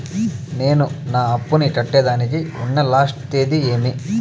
నేను నా అప్పుని కట్టేదానికి ఉన్న లాస్ట్ తేది ఏమి?